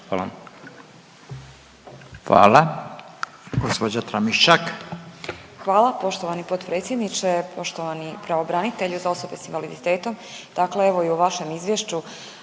**Tramišak, Nataša (HDZ)** Hvala poštovani potpredsjedniče. Poštovani pravobranitelju za osobe s invaliditetom, dakle evo i u vašem izvješću,